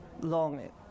long